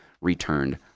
returned